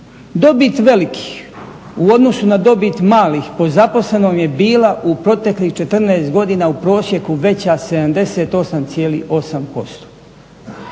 Dobit velikih u odnosu na dobit malih po zaposlenom je bila u proteklih 14 godina u prosjeku veća 78,8%.